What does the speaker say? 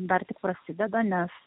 dar tik prasideda nes